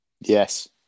Yes